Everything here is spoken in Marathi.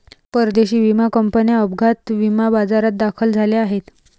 परदेशी विमा कंपन्या अपघात विमा बाजारात दाखल झाल्या आहेत